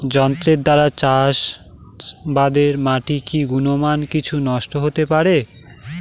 যন্ত্রের দ্বারা চাষাবাদে মাটির কি গুণমান কিছু নষ্ট হতে পারে?